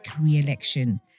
re-election